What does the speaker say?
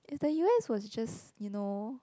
is the u_s was just you know